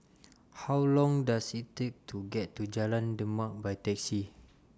How Long Does IT Take to get to Jalan Demak By Taxi